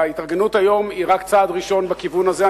וההתארגנות היום היא רק צעד ראשון בכיוון הזה.